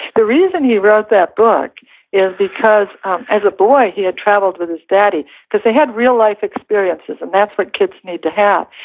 the reason he wrote that book is because as a boy, he had traveled with his daddy, because they had real life experiences and that's what kids need to have.